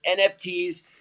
NFTs